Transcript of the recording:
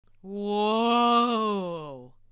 Whoa